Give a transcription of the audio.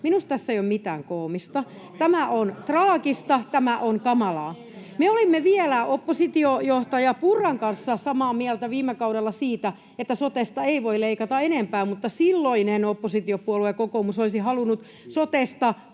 Minusta tässä ei ole mitään koomista. Tämä on traagista. Tämä on kamalaa. [Oikealta: Tragikoomista!] Me olimme vielä viime kaudella oppositiojohtaja Purran kanssa samaa mieltä siitä, että sotesta ei voi leikata enempää, mutta silloinen oppositiopuolue kokoomus olisi halunnut sotesta